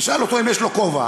נשאל אותו אם יש לו כובע.